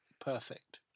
perfect